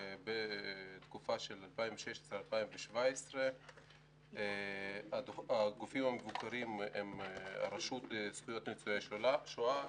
בתקופה של 2016 2017. הגופים המבוקרים הם הרשות לזכויות ניצולי שואה,